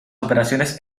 operaciones